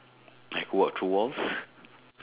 like walk through walls